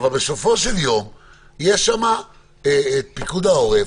אבל בסופו של יום יש שם פיקוד העורף,